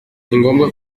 ningombwa